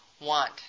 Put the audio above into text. want